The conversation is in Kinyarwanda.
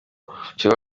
bushyirwaho